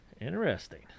interesting